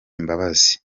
mbabazi